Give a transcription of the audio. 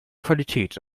qualität